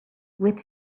with